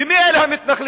ומי אלה המתנחלים?